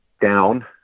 down